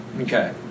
Okay